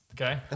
okay